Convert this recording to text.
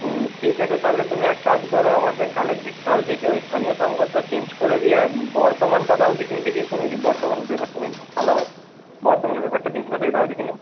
হুম ঠিক আছে তাহলে তুমি এক কাজ করো আমাদের কালের দিক কাল থেকে ওই স্থানীয় সংবাদটা চেঞ্জ করে দিয়ে বর্তমানটা দাও দেখি দেখি শুনেছি বর্তমান পেপারটা নাকি খুব ভালো হয় বর্তমান পেপারটা দিনকতক দাও দেখিনি